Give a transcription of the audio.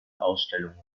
ausstellungen